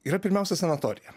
yra pirmiausia sanatorija